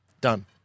Done